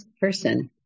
person